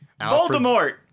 Voldemort